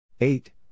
Eight